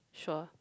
sure